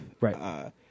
right